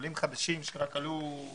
עולים חדשים שזה עתה עלו לישראל,